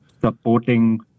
supporting